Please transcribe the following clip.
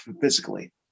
physically